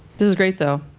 this is great though.